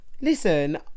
Listen